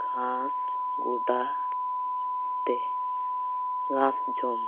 ᱜᱷᱟᱥ ᱜᱚᱰᱟᱛᱮ ᱜᱷᱟᱸᱥᱡᱚᱢ